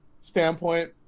standpoint